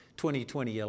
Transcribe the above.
2020